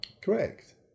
correct